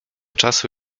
czasu